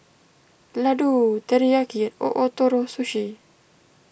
Ladoo Teriyaki and O Ootoro Sushi